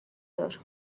دار